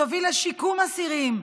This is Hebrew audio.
שתוביל לשיקום אסירים,